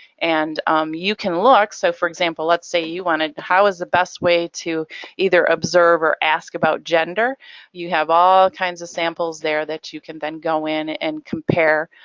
and um you can look, so for example let's say you wanted, how is the best way to either observe or ask about gender you have all kinds of samples there that you can then go in and compare.